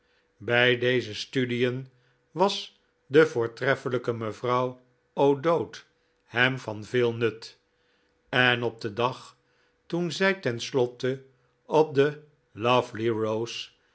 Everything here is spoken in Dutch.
bij deze studien was de voortreffelijke mevrouw o'dowd hem van veel nut en op den dag toen zij ten slotte op de lovely rose